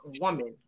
woman